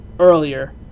earlier